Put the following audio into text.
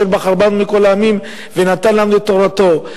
"אשר בחר בנו מכל העמים ונתן לנו את תורתו",